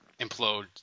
implode